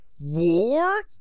War